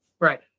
right